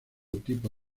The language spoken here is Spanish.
tipo